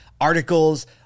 articles